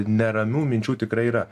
neramių minčių tikrai yra